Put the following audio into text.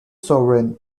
sovereign